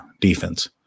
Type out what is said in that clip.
defense